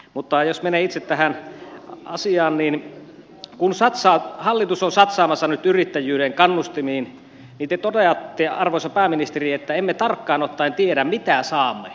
mutta jos menee itse tähän asiaan niin kun hallitus on nyt satsaamassa yrittäjyyden kannustimiin niin te toteatte arvoisa pääministeri että emme tarkkaan ottaen tiedä mitä saamme